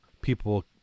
people